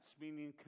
meaning